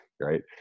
right